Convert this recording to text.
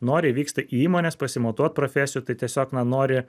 noriai vyksta į įmones pasimatuot profesijų tai tiesiog na nori